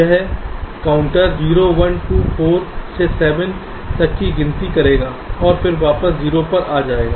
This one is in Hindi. यह काउंटर 0 1 2 4 से 7 तक की गिनती करेगा और फिर वापस 0 पर जाएगा